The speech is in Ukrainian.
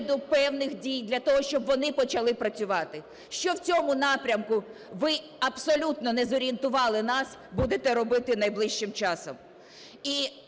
певних дій для того, щоб вони почали працювати? Що в цьому напрямку - ви абсолютно не зорієнтували нас, - будете робити найближчим часом?